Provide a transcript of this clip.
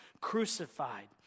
crucified